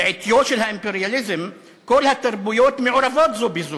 בעטיו של האימפריאליזם כל התרבויות מעורבות זו בזו,